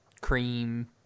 cream